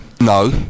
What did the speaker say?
No